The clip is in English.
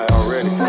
already